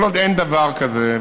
כל עוד אין דבר כזה,